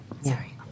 Sorry